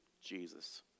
Jesus